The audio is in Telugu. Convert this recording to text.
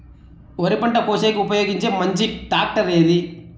వరి పంట కోసేకి ఉపయోగించే మంచి టాక్టర్ ఏది?